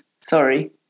Sorry